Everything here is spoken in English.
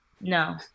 No